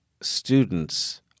students